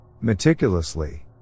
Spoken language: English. Meticulously